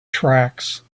tracks